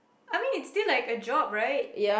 I mean it's still like a job right